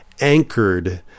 anchored